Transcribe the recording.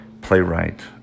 playwright